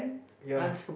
ya